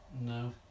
No